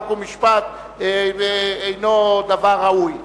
חוק ומשפט אינו דבר ראוי.